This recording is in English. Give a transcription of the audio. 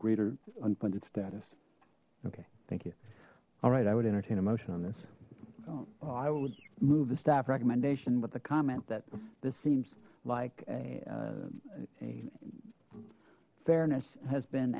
greater unfunded status okay thank you all right i would entertain a motion on this i would move the staff recommendation but the comment that this seems like a a fairness has been